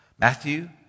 Matthew